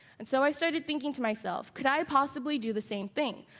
and so, i started thinking to myself, could i possibly do the same thing,